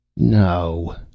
No